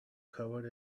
covered